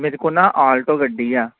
ਮੇਰੇ ਕੋਲ ਨਾ ਆਲਟੋ ਗੱਡੀ ਆ